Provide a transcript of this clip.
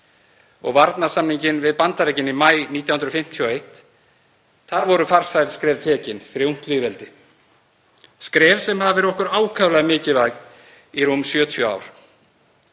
og varnarsamninginn við Bandaríkin í maí 1951 voru farsæl skref tekin fyrir ungt lýðveldi, skref sem hafa verið okkur ákaflega mikilvæg í rúm 70 ár.